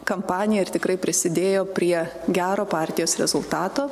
kampaniją ir tikrai prisidėjo prie gero partijos rezultato